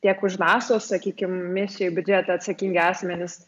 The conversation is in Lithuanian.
tiek už nasa sakykim misijų biudžetą atsakingi asmenys